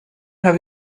have